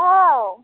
औ